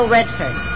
Redford